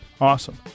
Awesome